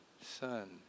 son